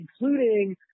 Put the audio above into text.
including